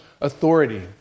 authority